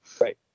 Right